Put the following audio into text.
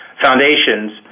foundations